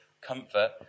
comfort